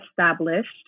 established